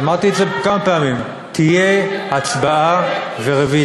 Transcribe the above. ואמרתי את זה כמה פעמים, הצבעה ורוויזיה.